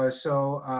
ah so,